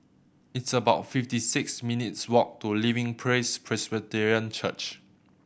it's about fifty six minutes' walk to Living Praise Presbyterian Church